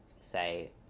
say